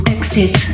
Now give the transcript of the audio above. Exit